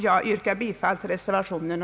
Jag yrkar bifall till reservationen.